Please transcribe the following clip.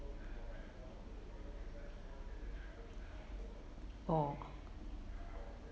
oh